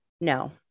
no